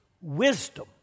wisdom